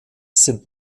sind